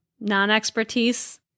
Non-expertise